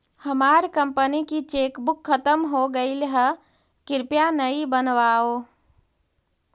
हमार कंपनी की चेकबुक खत्म हो गईल है, कृपया नई बनवाओ